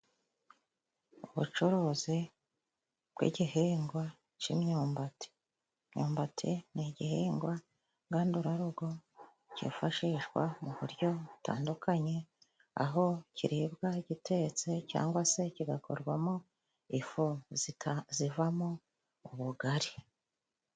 Ubucuruzi bw'igihingwa cy'imyumbati， imyumbati ni igihingwa ngandurarugo cyifashishwa mu buryo butandukanye， aho kiribwa gitetse cyangwa se kigakorwamo ifu zivamo ubugari.